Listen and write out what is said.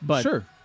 Sure